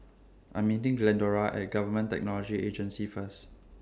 I'm meeting Glendora At Government Technology Agency First